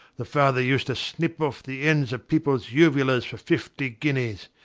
the father used to snip off the ends of people's uvulas for fifty guineas,